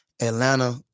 Atlanta